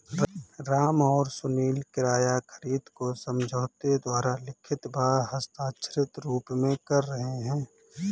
राम और सुनील किराया खरीद को समझौते द्वारा लिखित व हस्ताक्षरित रूप में कर रहे हैं